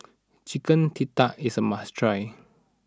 Chicken Tikka is a must try